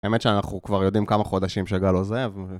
האמת שאנחנו כבר יודעים כמה חודשים שגל עוזב.